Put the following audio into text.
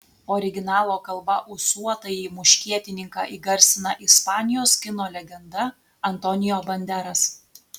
originalo kalba ūsuotąjį muškietininką įgarsina ispanijos kino legenda antonio banderas